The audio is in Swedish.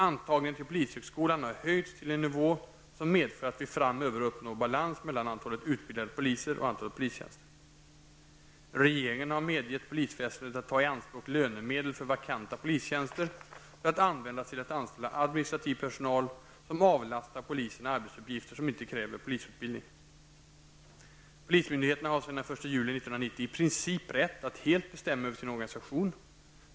Antagligen till polishögskolan har utökats till en nivå som medför att vi framöver uppnår balans mellan antalet utbildade poliser och antalet polistjänster -- Regeringen har medgett polisväsendet att ta i anspråk lönemedel för vakanta polistjänster för att användas till att anställa administrativ personal som avlastar poliserna arbetsuppgifter som inte kräver polisutbildning -- Polismyndigheterna har sedan den 1 juli 1990 i princip rätt att helt bestämma över sin organisation.